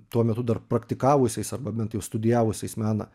tuo metu dar praktikavusiais arba bent jau studijavusiais meną